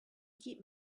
give